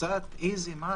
קצת איזי...